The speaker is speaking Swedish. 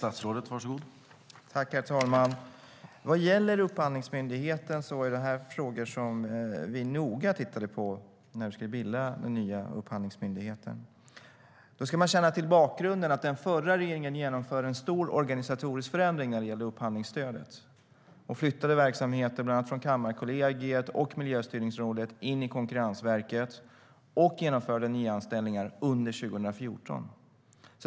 Herr talman! Vad gäller Upphandlingsmyndigheten är det frågor som vi noga tittade på när vi skulle bilda den nya Upphandlingsmyndigheten. Man ska känna till bakgrunden att den förra regeringen genomförde en stor organisatorisk förändring av upphandlingsstödet. Den flyttade bland annat verksamheter från Kammarkollegiet och Miljöstyrningsrådet in i Konkurrensverket och genomförde nyanställningar under 2014.